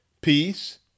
Peace